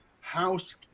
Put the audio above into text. House